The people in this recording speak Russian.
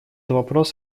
вопрос